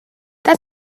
that